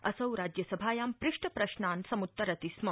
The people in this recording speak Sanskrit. असौ राज्यसभायां पृष्ट प्रश्नान् सम्त्तरति स्म